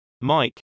Mike